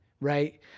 right